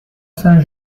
saint